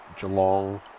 Geelong